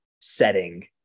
setting